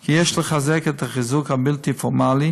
כי יש לחזק את החינוך הבלתי-פורמלי,